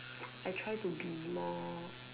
I try to be more